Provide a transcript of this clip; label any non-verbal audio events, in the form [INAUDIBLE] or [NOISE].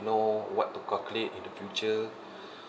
know what to calculate in the future [BREATH]